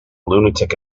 lunatic